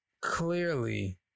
Clearly